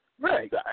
Right